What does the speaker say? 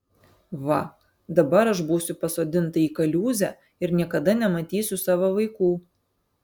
va dabar aš būsiu pasodinta į kaliūzę ir niekada nematysiu savo vaikų